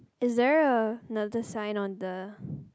is there a another sign on the